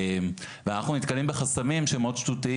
אנחנו נתקלים בחסמים שהם מאוד שטותיים